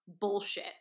bullshit